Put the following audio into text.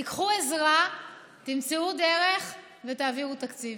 תיקחו עזרה, תמצאו דרך ותעבירו תקציב.